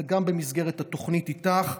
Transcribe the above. זה גם במסגרת התוכנית איתך,